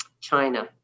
China